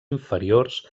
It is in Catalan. inferiors